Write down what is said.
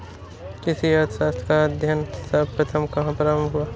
कृषि अर्थशास्त्र का अध्ययन सर्वप्रथम कहां प्रारंभ हुआ?